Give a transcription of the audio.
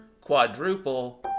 quadruple